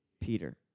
Peter